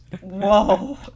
Whoa